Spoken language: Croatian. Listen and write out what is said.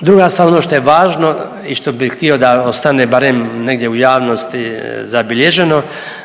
Druga stvar ono što je važno i što bi htio da ostane barem negdje u javnosti zabilježeno,